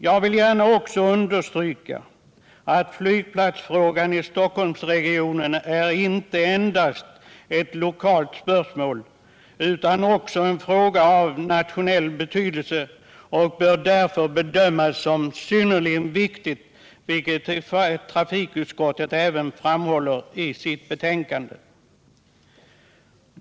Jag vill gärna understryka att flygplatsfrågan i Stockholmsregionen inte är endast ett lokalt spörsmål utan också en fråga av nationell betydelse och därför bör bedömas som synnerligen viktig, vilket även trafikutskottet framhåller i sitt betänkande.